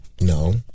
No